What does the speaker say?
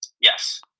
Yes